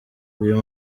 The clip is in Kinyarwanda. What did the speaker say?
uyu